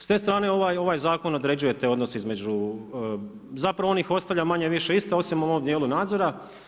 S te strane ovaj zakon određuje te odnose između, zapravo on ih ostavlja manje-više isto osim u ovom dijelu nadzora.